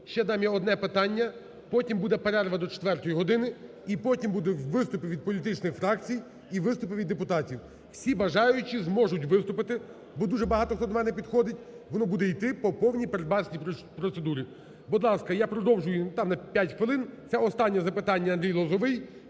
Ще дам я одне питання, потім буде перерва до четвертої години і потім будуть виступи від політичних фракцій, і виступи від депутатів. Всі бажаючі зможуть виступити, бо дуже багато хто до мене підходить, воно буде йти по повній передбаченій процедурі. Будь ласка, я продовжую там на п'ять хвилин. Це останнє запитання, Андрій Лозовий.